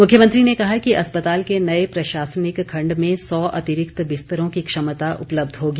मुख्यमंत्री ने कहा कि अस्पताल के नए प्रशासनिक खण्ड में सौ अतिरिक्त बिस्तरों की क्षमता उपलब्ध होगी